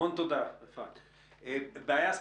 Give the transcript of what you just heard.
אם בדיון הקודם עסקנו בלב הבעיה,